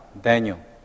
Daniel